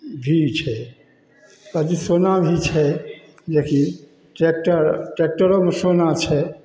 भी छै पदि दिते सोना भी छै जेकि ट्रैकटर ट्रैकटरोमे सोना छै